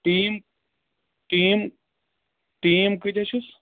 team team team کۭتیہ چھِس